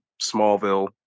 smallville